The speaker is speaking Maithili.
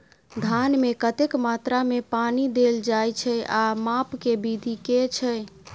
धान मे कतेक मात्रा मे पानि देल जाएँ छैय आ माप केँ विधि केँ छैय?